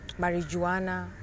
marijuana